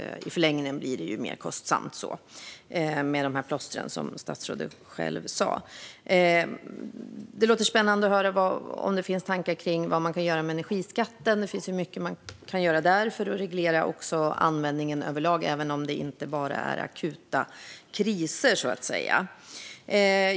I förlängningen blir det mer kostsamt med de här plåstren, som statsrådet själv sa. Det vore spännande att höra om det finns tankar kring vad man kan göra med energiskatten. Det finns mycket man kan göra där, också för att reglera användningen överlag, även om det inte bara är akuta kriser.